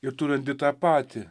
ir tu randi tą patį